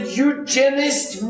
eugenist